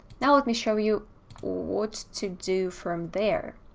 now let me show you what to do from there.